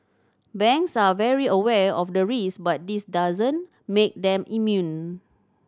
banks are very aware of the risk but this doesn't make them immune